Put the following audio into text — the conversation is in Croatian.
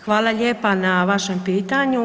Hvala lijepa na vašem pitanju.